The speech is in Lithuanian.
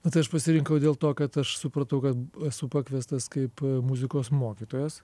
nu tai aš pasirinkau dėl to kad aš supratau kad esu pakviestas kaip muzikos mokytojas